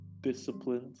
disciplined